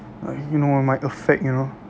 like you know might affect you know